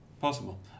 possible